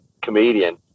comedian